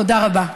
תודה רבה.